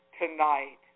tonight